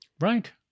Right